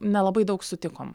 nelabai daug sutikom